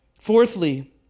Fourthly